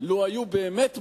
לו באמת בנו,